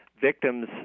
victims